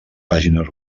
pàgines